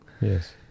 Yes